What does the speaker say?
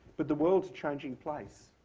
but the world's a changing place.